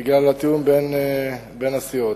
בגלל התיאום בין הסיעות.